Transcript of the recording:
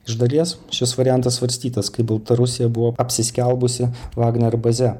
iš dalies šis variantas svarstytas kai baltarusija buvo apsiskelbusi vagner baze